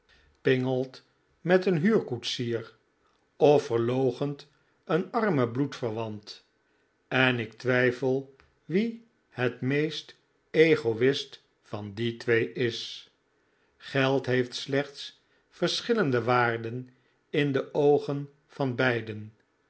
pingelt met een huurkoetsier of verloochent een armen bloedverwant en ik twijfel wie het meest egoist van die twee is geld heeft slechts verschillende waarden in de oogen van beiden